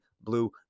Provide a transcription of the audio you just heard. blue